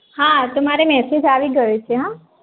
હા તો મારે મેસેજ આવી ગયો છે હં